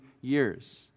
years